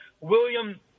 William